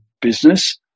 business